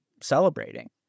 celebrating